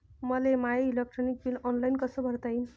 मले my electric bill online कस भरता येईन?